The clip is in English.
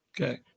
Okay